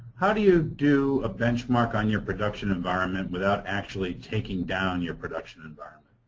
how do you do a benchmark on your production environment without actually taking down your production environment?